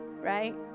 right